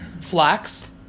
flax